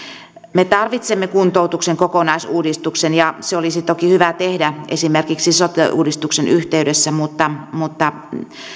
me tarvitsemme kuntoutuksen kokonaisuudistuksen ja se olisi toki hyvä tehdä esimerkiksi sote uudistuksen yhteydessä mutta mutta